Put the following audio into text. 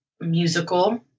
musical